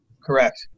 Correct